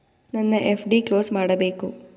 ನನ್ನ FD close ಮಾಡಬೇಕು